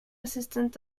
assistant